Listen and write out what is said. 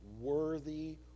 worthy